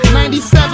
97